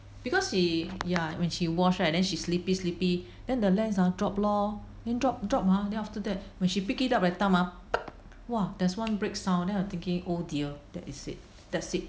because she ya when she wash right and then she sleepy sleepy then the lens ah drop lor then drop drop mah then after that when she pick it up that time ah !wah! there's one break sound then I'm thinking oh dear that's it that's it